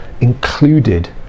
included